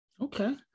Okay